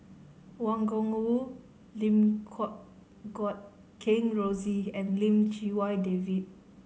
Wang Gungwu Lim Guat Kheng Rosie and Lim Chee Wai David